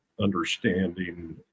understanding